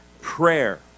prayer